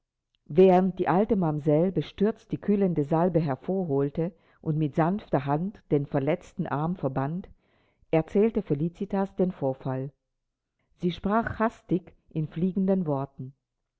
während die alte mamsell bestürzt die kühlende salbe hervorholte und mit sanfter hand den verletzten arm verband erzählte felicitas den vorfall sie sprach hastig in fliegenden worten